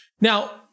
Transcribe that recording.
Now